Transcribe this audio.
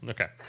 Okay